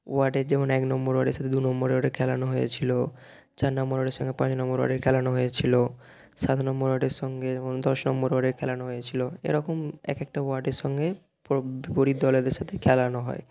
ওয়ার্ডের যেমন এক নম্বর ওয়ার্ডের সাথে দুনম্বর ওয়ার্ডের খেলানো হয়েছিল চার নম্বর ওয়ার্ডের সঙ্গে পাঁচ নম্বর ওয়ার্ডের খেলানো হয়েছিল সাত নম্বর ওয়ার্ডের সঙ্গে যেমন দশ নম্বর ওয়ার্ডের খেলানো হয়েছিল এরকম এক একটা ওয়ার্ডের সঙ্গে বিপরীত দলেদের সাথে খেলানো হয়